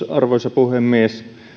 arvoisa puhemies